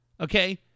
Okay